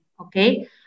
okay